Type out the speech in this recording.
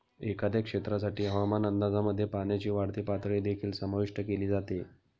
एखाद्या क्षेत्रासाठी हवामान अंदाजामध्ये पाण्याची वाढती पातळी देखील समाविष्ट केली जाते